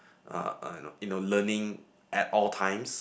uh you know learning at all times